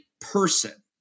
person